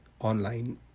online